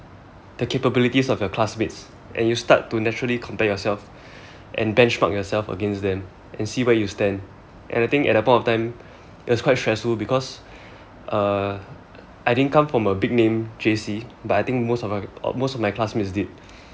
the capabilities of your classmates and you start to naturally compare yourself and benchmark yourself against them and see where you stand and I think at that point of time that's quite stressful because uh I didn't come from a big name J_C but I think most of most of my classmates did